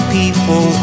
people